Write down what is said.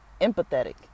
empathetic